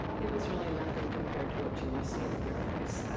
it was really nothing compared to what you will see in paradise.